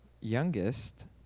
youngest